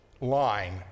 line